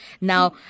Now